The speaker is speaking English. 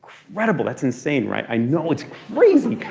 incredible. that's insane, right? i know it's crazy.